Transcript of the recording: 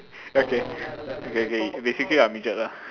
okay okay K basically you are a midget lah